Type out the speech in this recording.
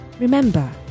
Remember